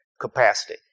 capacity